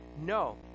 No